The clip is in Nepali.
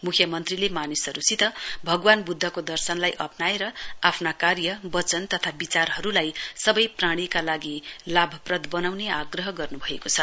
मुख्यमन्त्रीले मानिसहरूसित भगवान व्द्धको दर्शनलाई अप्नाएर आफ्ना बचन कार्य तथा विचारहरूलाई सबै प्राणीको लागि लाभप्रद वनाउने आग्रह गर्न्भएको छ